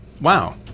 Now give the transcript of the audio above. Wow